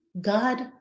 God